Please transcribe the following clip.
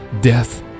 death